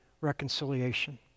reconciliation